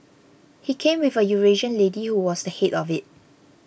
he came with a Eurasian lady who was the head of it